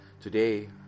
today